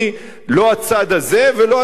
לא הצד הזה ולא הצד הזה.